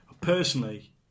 personally